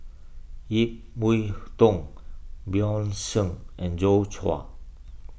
Ip Yiu Tung Bjorn Shen and Joi Chua